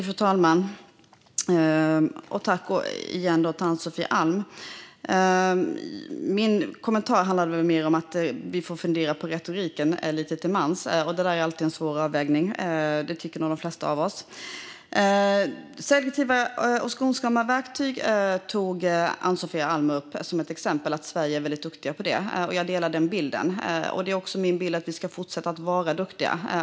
Fru talman! Tack igen, Ann-Sofie Alm! Min kommentar handlade mer om att vi lite till mans får fundera på retoriken. Det är alltid en svår avvägning. Det tycker nog de flesta av oss. Ann-Sofie Alm tog upp selektiva och skonsamma verktyg som exempel på något Sverige är duktiga på. Den bilden delar jag. Jag menar också att vi ska fortsätta att vara duktiga.